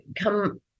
come